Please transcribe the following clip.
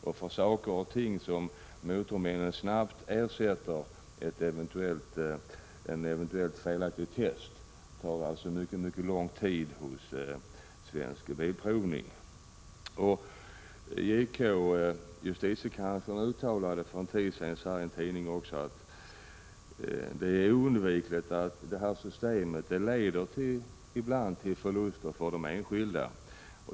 En eventuellt felaktig test, som Motormännen snabbt ersätter, tar det mycket lång tid att få ersättning för hos Svensk Bilprovning. Justitiekanslern talade för en tid sedan i en tidning om att det är oundvikligt att detta system ibland leder till förluster för de enskilda.